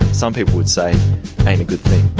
some people would say ain't a good thing.